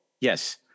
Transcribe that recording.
Yes